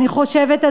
אני חושבת,